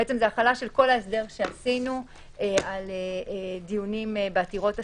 זו החלה של כל ההסדר שעשינו על דיונים בעתירות אסירים.